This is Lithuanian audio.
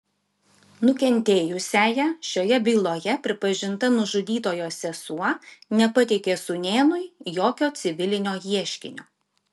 nukentėjusiąja šioje byloje pripažinta nužudytojo sesuo nepateikė sūnėnui jokio civilinio ieškinio